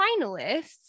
finalists